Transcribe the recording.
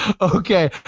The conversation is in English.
okay